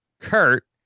Kurt